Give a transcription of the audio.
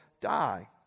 die